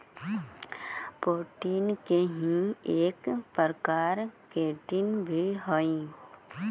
protein के ही एक प्रकार केराटिन भी हई